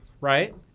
Right